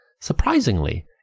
Surprisingly